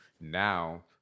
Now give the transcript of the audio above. now